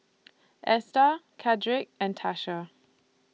Esta Chadrick and Tasha